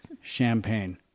champagne